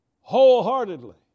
wholeheartedly